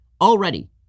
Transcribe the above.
Already